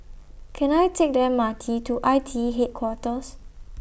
Can I Take The M R T to I T E Headquarters